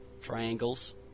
triangles